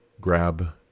grab